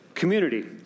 community